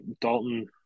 Dalton